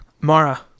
Mara